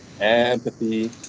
empathy